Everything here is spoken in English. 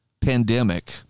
pandemic